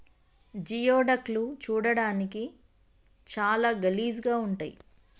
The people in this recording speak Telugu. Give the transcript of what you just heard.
జియోడక్ లు చూడడానికి చాలా గలీజ్ గా ఉంటయ్